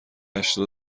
هشتاد